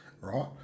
right